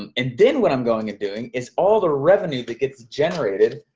and and then what i'm going and doing is, all the revenue that gets generated,